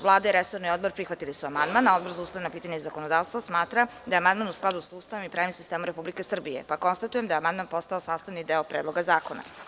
Vlada i resorni odbor prihvatili su amandman, a Odbor za ustavna pitanja i zakonodavstvo smatra da je amandman u skladu sa Ustavom i pravnim sistemom Republike Srbije, pa konstatujem da je amandman postao sastavni deo Predloga zakona.